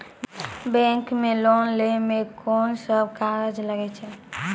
Bank मे loan लै मे कोन सब कागज लागै छै?